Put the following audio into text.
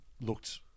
looked